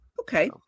okay